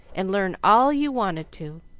and learn all you wanted to.